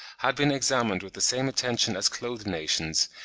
had been examined with the same attention as clothed nations,